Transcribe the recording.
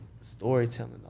storytelling